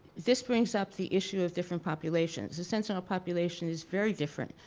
this brings up the issue of different populations. the sentinel population is very different,